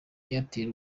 airtel